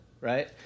Right